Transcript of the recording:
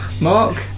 Mark